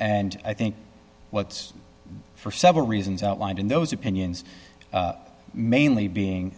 and i think what's for several reasons outlined in those opinions mainly being